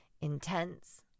intense